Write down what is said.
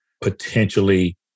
potentially